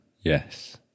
yes